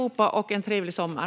Tack allihop! Trevlig sommar!